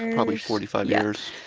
probably forty five years.